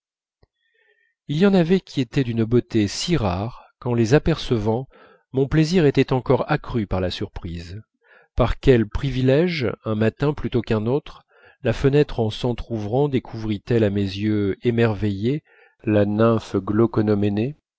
il y en avait qui étaient d'une beauté si rare qu'en les apercevant mon plaisir était encore accru par la surprise par quel privilège un matin plutôt qu'un autre la fenêtre en s'entr'ouvrant découvrit elle à mes yeux émerveillés la